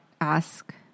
ask